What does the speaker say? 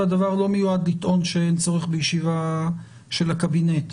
והדבר לא מיועד לטעון שאין צורך בישיבה של הקבינט,